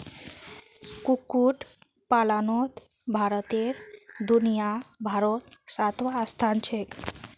कुक्कुट पलानोत भारतेर दुनियाभारोत सातवाँ स्थान छे